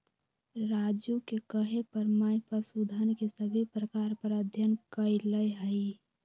राजू के कहे पर मैं पशुधन के सभी प्रकार पर अध्ययन कैलय हई